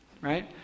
right